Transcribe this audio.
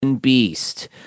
beast